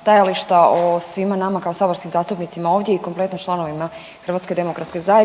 stajališta o svima nama kao saborskim zastupnicima ovdje i kompletno članovima HDZ-a,